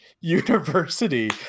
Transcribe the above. University